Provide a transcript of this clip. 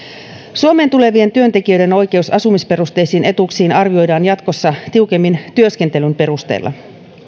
suomeen tulevien työntekijöiden oikeus asumisperusteisiin etuuksiin arvioidaan jatkossa tiukemmin työskentelyn perusteella